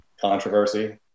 Controversy